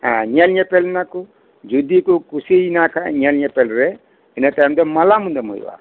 ᱦᱮᱸ ᱧᱮᱞ ᱧᱮᱯᱮᱞ ᱮᱱᱟ ᱠᱚ ᱡᱩᱫᱤ ᱠᱚ ᱠᱩᱥᱤ ᱭᱮᱱᱟ ᱠᱷᱟᱜ ᱧᱮᱞ ᱧᱮᱯᱮᱞ ᱨᱮ ᱤᱱᱟᱹ ᱠᱷᱟᱱ ᱫᱚ ᱢᱟᱞᱟ ᱢᱩᱫᱟᱹᱢ ᱦᱩᱭᱩᱜᱼᱟ